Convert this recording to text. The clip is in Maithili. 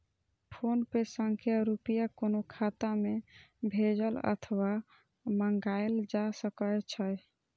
फोनपे सं रुपया कोनो खाता मे भेजल अथवा मंगाएल जा सकै छै